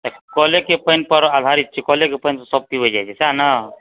कलेके पानि पर आधारीत छी कलेके पानि सब पीबैत जाइत छै सहए ने